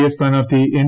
A സ്ഥാനാർത്ഥി N